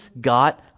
got